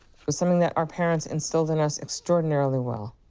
was something that our parents instilled in us extraordinarily well.